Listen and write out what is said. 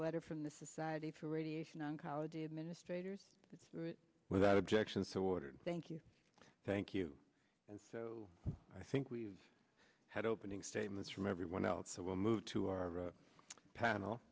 letter from the society for radiation oncology administrators without objection so ordered thank you thank you and so i think we've had opening statements from everyone else so we'll move to our